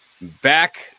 Back